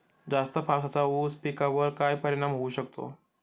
जास्त पावसाचा ऊस पिकावर काय परिणाम होऊ शकतो?